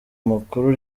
makuru